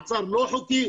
מעצר לא חוקי.